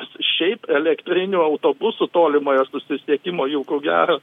šiaip elektrinių autobusų tolimojo susisiekimo jų ko gero